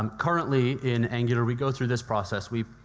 um currently, in angular, we go through this process. we